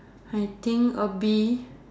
I think a bee